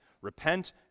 Repent